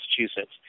Massachusetts